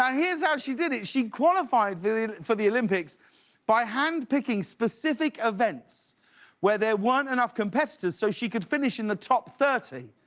here's how she did it she qualified for the olympics by handpicking specific events where there weren't enough competitors so she could finish in the top thirty.